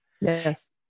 Yes